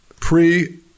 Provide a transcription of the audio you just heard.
Pre